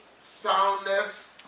soundness